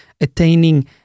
attaining